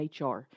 HR